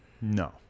No